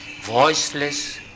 voiceless